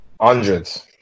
Hundreds